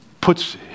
puts